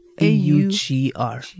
A-U-G-R